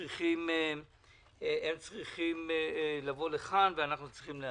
צריכות לבוא לכאן ואנחנו צריכים להצביע.